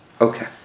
Okay